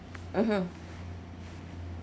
mmhmm